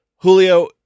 Julio